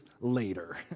later